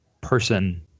person